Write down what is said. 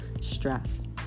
stress